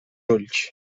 ulls